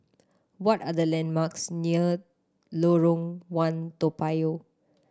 what are the landmarks near Lorong One Toa Payoh